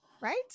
Right